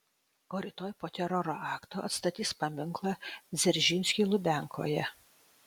o rytoj po teroro akto atstatys paminklą dzeržinskiui lubiankoje